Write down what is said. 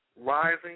rising